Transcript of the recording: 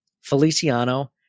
Feliciano